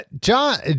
john